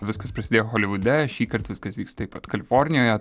viskas prasidėjo holivude šįkart viskas vyks taip pat kalifornijoje